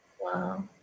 Wow